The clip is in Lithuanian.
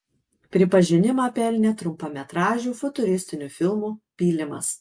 pripažinimą pelnė trumpametražiu futuristiniu filmu pylimas